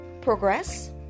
progress